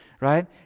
right